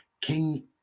King